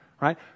right